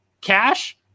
cash